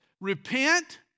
repent